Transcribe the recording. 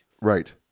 right